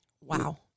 Wow